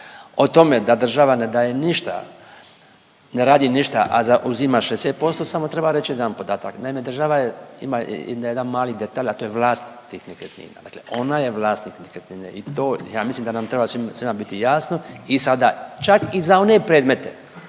O tome da država ne daje ništa, ne radi ništa a zauzima 60% samo treba reći jedan podatak. Naime, država je, ima i jedan mali detalj a to je vlastitih nekretnina. Dakle, ona je vlasnik nekretnine i to ja mislim da nam treba svima biti jasno i sada čak i za one predmete